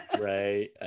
right